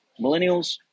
millennials